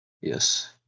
Yes